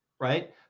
Right